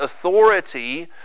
authority